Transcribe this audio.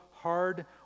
hard